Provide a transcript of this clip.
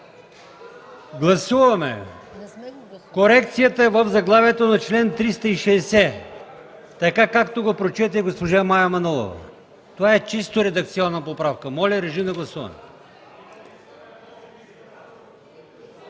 Гласуваме корекцията в заглавието на чл. 360, както го прочете госпожа Мая Манолова. Това е чисто редакционна поправка. Моля, режим на гласуване.